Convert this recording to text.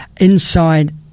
inside